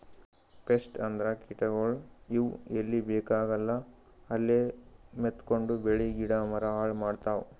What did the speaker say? pest ಅಂದ್ರ ಕೀಟಗೋಳ್, ಇವ್ ಎಲ್ಲಿ ಬೇಕಾಗಲ್ಲ ಅಲ್ಲೇ ಮೆತ್ಕೊಂಡು ಬೆಳಿ ಗಿಡ ಮರ ಹಾಳ್ ಮಾಡ್ತಾವ್